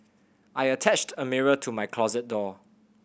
I attached a mirror to my closet door